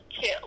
two